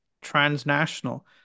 transnational